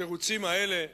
התירוצים האלה,